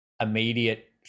immediate